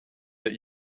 that